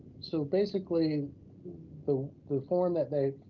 so basically the the form that they